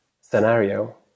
scenario